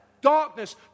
Darkness